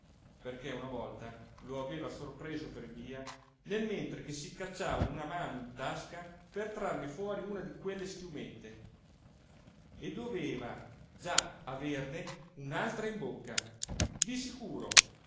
perché una volta lo aveva sorpreso per via nel mentre che si cacciava una mano in tasca per trarne fuori una di quelle schiumette e doveva già averne un'altra in bocca di sicuro